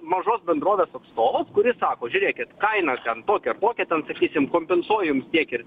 mažos bendrovės atstovas kuris sako žiūrėkit kaina ten tokia ar tokia ten sakysim kompensuoja jums tiek ir